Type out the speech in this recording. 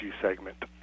segment